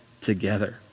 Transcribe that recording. together